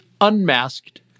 unmasked